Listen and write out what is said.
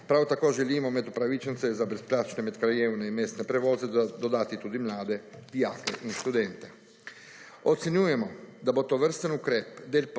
Prav tako želimo med upravičence za brezplačne medkrajevne in mestne prevoze dodati tudi mlade, dijake in študente.